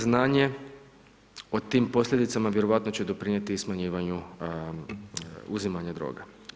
Znanje o tim posljedicama vjerojatno će doprinijeti i smanjivanju uzimanja droga.